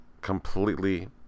completely